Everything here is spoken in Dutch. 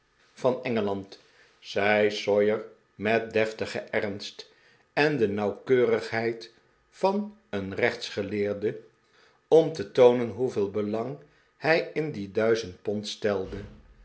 zei sawyer met deftigen ernst en de nauwkeurigheid van een rechfsgeleerde om te toonen hoeveel belang hij in die duizend pond stelde